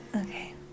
Okay